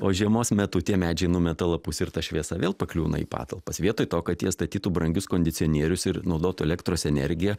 o žiemos metu tie medžiai numeta lapus ir ta šviesa vėl pakliūna į patalpas vietoj to kad jie statytų brangius kondicionierius ir naudotų elektros energiją